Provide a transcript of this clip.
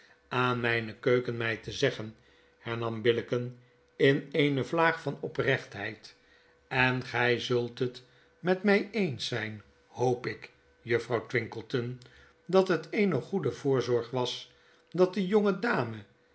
aan myne keukenmeid te zeggen hernam billicken in eene vlaag van oprechtheid en gy zult het met my eens zyn hoop ik juffrouw twinkleton dat het eene goede voorzorg was dat de